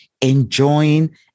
enjoying